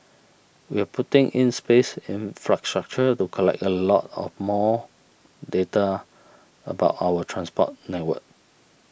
we're putting in place infrastructure to collect a lot of more data about our transport network